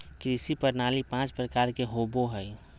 कृषि प्रणाली पाँच प्रकार के होबो हइ